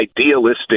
idealistic